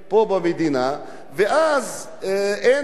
ואז אין את הבעיה החריפה הזאת.